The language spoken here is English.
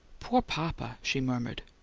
poor papa! she murmured.